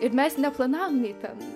ir mes neplanavom nei ten